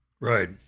Right